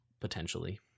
potentially